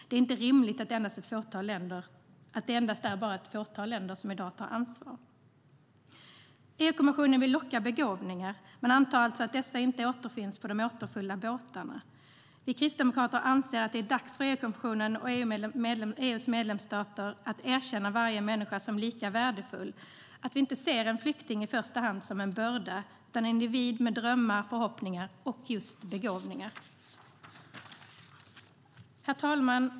Det är inte rimligt att det endast är ett fåtal länder som i dag tar ansvar. Herr talman!